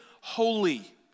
holy